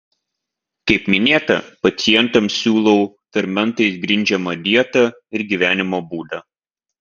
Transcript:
kaip minėta pacientams siūlau fermentais grindžiamą dietą ir gyvenimo būdą